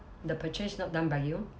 the purchase not done by you